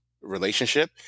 relationship